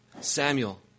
Samuel